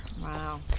Wow